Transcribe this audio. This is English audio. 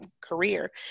career